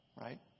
right